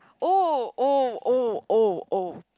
oh oh oh oh oh